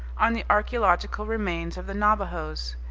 on the archaeological remains of the navajos.